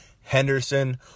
Henderson